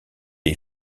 est